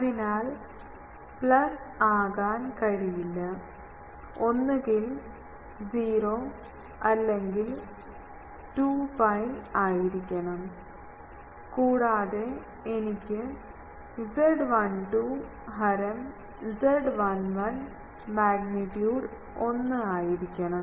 അതിനാൽ പ്ലസ് ആകാൻ കഴിയില്ല ഒന്നുകിൽ 0 അല്ലെങ്കിൽ 2 pi ആയിരിക്കണം കൂടാതെ എനിക്ക് Z12 ഹരം Z11 മാഗ്നിറ്റ്യൂഡ് ഒന്ന് ആയിരിക്കണം